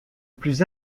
plus